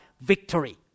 victory